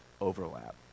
overlap